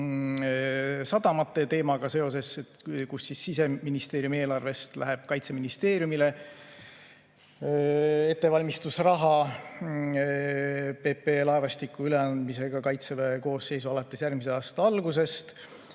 sadamate teemaga seoses, et Siseministeeriumi eelarvest läheb Kaitseministeeriumile ettevalmistusraha PPA laevastiku üleandmiseks Kaitseväe koosseisu alates järgmise aasta algusest.